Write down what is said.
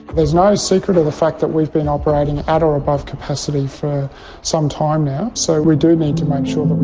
there's no secret of the fact that we've been operating at or above capacity for some time now, so we do need to make sure that we